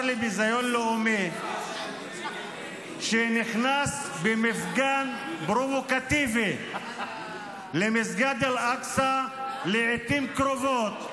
לביזיון לאומי שנכנס במפגן פרובוקטיבי למסגד אל-אקצא לעיתים קרובות,